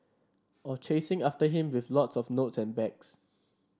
or chasing after him with lots of notes and bags